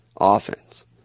offense